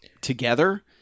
together